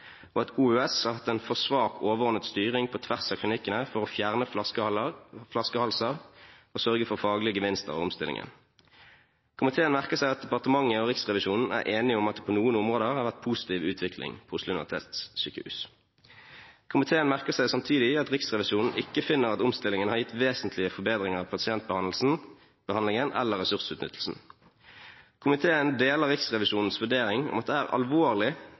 og at OUS har hatt en for svak overordnet styring på tvers av klinikkene for å fjerne flaskehalser og sørge for faglige gevinster av omstillingen. Komiteen merker seg at departementet og Riksrevisjonen er enige om at det på noen områder har vært positiv utvikling på OUS. Komiteen merker seg samtidig at Riksrevisjonen ikke finner at omstillingen har gitt vesentlige forbedringer i pasientbehandlingen eller ressursutnyttelsen. Komiteen deler Riksrevisjonens vurdering om at det er alvorlig